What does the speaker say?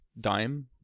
dime